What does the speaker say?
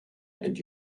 and